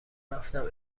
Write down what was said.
رفتم